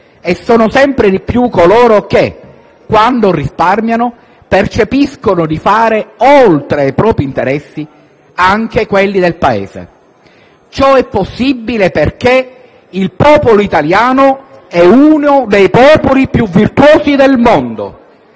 e sono sempre di più coloro che, quando risparmiano, percepiscono di fare, oltre ai propri interessi, anche quelli del Paese. Ciò è possibile perché il popolo italiano è uno dei popoli più virtuosi del mondo.